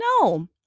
No